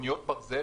אוניות ברזל